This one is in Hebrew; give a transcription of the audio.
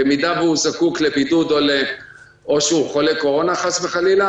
במידה והוא זקוק לבידוד או שהוא חולה קורונה חס וחלילה